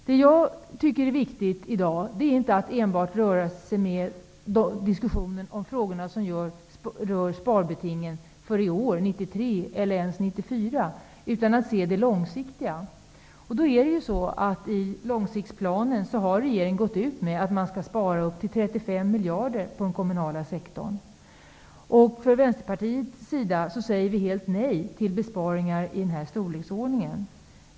Jag tycker att det är viktigt att vi i dag inte enbart diskuterar de frågor som rör sparbetingen för år 1993 eller ens 1994, utan vi måste se till det långsiktiga. Regeringen har i sin långsiktighetsplan gått ut med att 35 miljarder kronor skall sparas på den kommunala sektorn. Vi från Vänsterpartiets sida säger helt nej till besparingar i den storleksordningen.